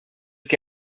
que